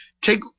Take